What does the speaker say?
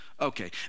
okay